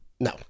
No